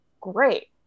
great